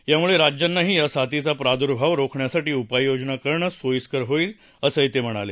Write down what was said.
यामुळे राज्यांनाही या साथीचा प्रादुर्भाव रोखण्यासाठी उपाययोजनाकरणं सोयीस्कर होईल असंही ते म्हणाले